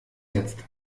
jetzt